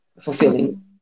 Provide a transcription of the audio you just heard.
Fulfilling